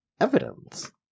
evidence